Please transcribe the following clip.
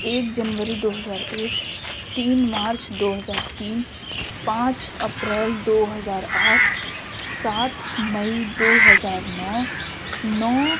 ایک جنوری دو ہزار ایک تین مارچ دو ہزار تین پانچ اپریل دو ہزار آٹھ سات مئی دو ہزار نو نو